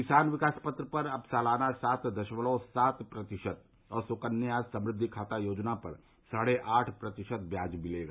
किसान विकास पत्र पर अब सालाना सात दशमलव सात प्रतिशत और सुकन्या समृद्धि खाता योजना पर साढ़े आठ प्रतिशत ब्याज मिलेगा